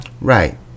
right